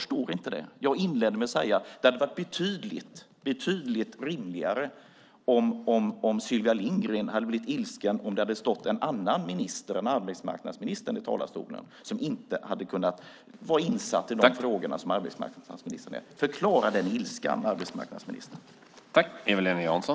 Som jag inledde med att säga hade det varit betydligt rimligare om Sylvia Lindgren hade blivit ilsken om det hade stått en annan ministern än arbetsmarknadsministern i talarstolen som inte hade varit insatt i frågorna på samma sätt som arbetsmarknadsministern. Förklara den ilskan, arbetsmarknadsministern!